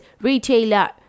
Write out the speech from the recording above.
retailer